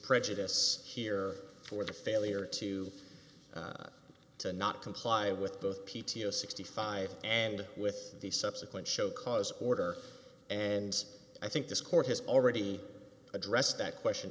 prejudice here for the failure to to not comply with both p t o sixty five and with the subsequent show cause order and i think this court has already addressed that question